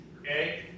okay